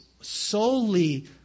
solely